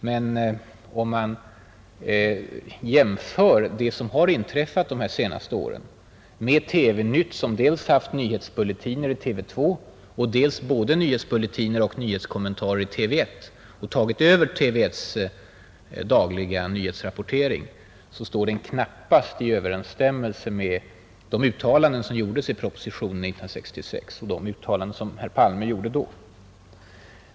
Men om man jämför det som har inträffat de senaste åren med TV-Nytt, som har haft dels nyhetsbulletiner i TV 2, dels både nyhetsbulletiner och nyhetskommentarer i TV 1 och därmed tagit över TV 1:s dagliga nyhetsrapportering, står det knappast i överensstämmelse med de uttalanden som gjordes i propositionen 1966 och av Olof Palme.